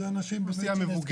זו אוכלוסייה מבוגרת.